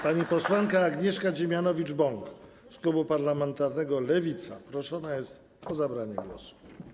Pani posłanka Agnieszka Dziemianowicz-Bąk z klubu parlamentarnego Lewica proszona jest o zabranie głosu.